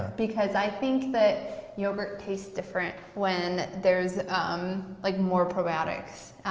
because i think that yogurt tastes different when there's um like more probiotics,